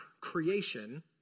creation